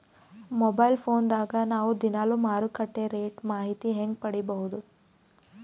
Mobile phone ದಾಗ ನಾವು ದಿನಾಲು ಮಾರುಕಟ್ಟೆ ರೇಟ್ ಮಾಹಿತಿ ಹೆಂಗ ಪಡಿಬಹುದು?